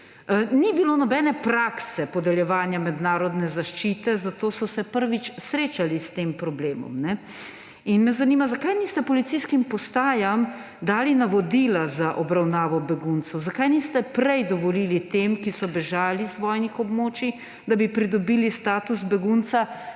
ni bilo nobene prakse podeljevanja mednarodne zaščite, zato so se prvič srečali s tem problemom. Zanima me: Zakaj niste policijskim postajam dali navodila za obravnavo beguncev? Zakaj niste prej dovolili tem, ki so bežali z vojnih območij, da bi pridobili status begunca